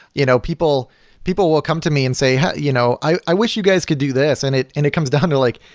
you know people people will come to me and say, yeah you know i i wish you guys could do this, and it and it comes down to like,